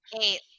Eight